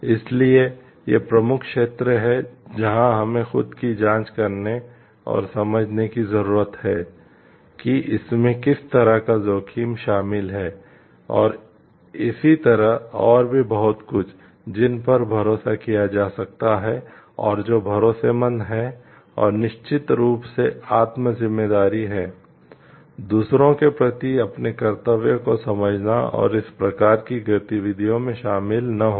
इसलिए ये प्रमुख क्षेत्र हैं जहां हमें खुद की जांच करने और समझने की ज़रूरत है कि इसमें किस तरह का जोखिम शामिल है और इसी तरह और भी बहुत कुछ जिन पर भरोसा किया जा सकता है और जो भरोसेमंद हैं और निश्चित रूप से आत्म जिम्मेदारी है दूसरों के प्रति अपने कर्तव्य को समझना और इस प्रकार की गतिविधियों में शामिल न होना